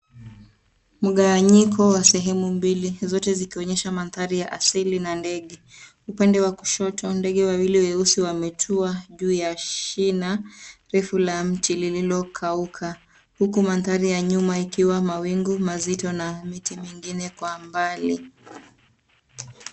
Mgawanyiko wa sehemu mbili, zote zikionyesha mandhari ya asili na ndege. Upande wa kushoto, ndege wawili weusi wametua juu ya shina refu la mti lililokauka huku mandhari ya nyuma ikiwa mawingu mazito na miti mingine kwa mbali.